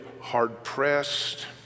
hard-pressed